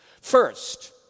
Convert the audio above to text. First